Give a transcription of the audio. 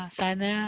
sana